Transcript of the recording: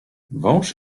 wąż